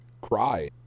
cry